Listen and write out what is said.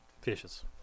Fishes